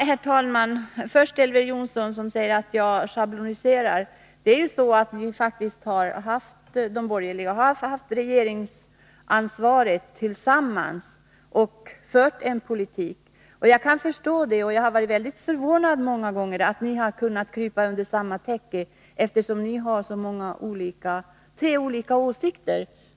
Herr talman! Elver Jonsson säger att jag schabloniserar. Men de borgerliga har faktiskt haft regeringsansvaret tillsammans och fört en politik, och jag har många gånger varit förvånad över att ni kunnat krypa under samma täcke -— eftersom ni har tre olika åsikter.